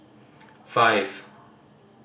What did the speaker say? five